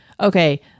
okay